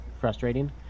frustrating